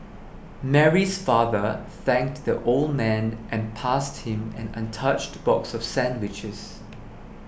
Mary's father thanked the old man and passed him an untouched box of sandwiches